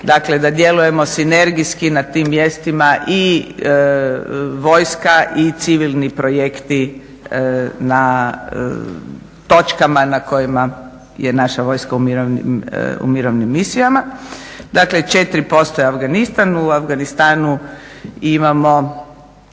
dakle da djelujemo sinergijski na tim mjestima i vojska i civilni projekti na točkama na kojima je naša vojska u mirovnim misijama. Dakle 4% je Afganistan, u Afganistanu imamo